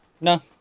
no